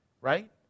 right